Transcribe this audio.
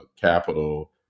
capital